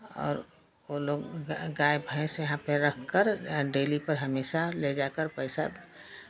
और वो लोग गाय भैंस यहां पर रख कर डेरी पर हमेशा ले जाकर पैसा